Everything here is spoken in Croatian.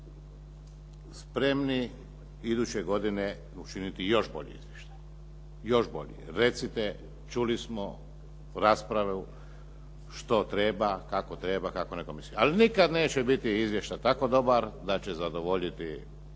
spremni iduće godine učiniti još bolji izvještaj. Recite, čuli smo raspravu što treba, kako treba, kako netko misli. Ali nikad neće biti izvještaj tako dobar da će zadovoljiti